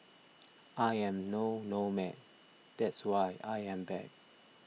I am no nomad that's why I am back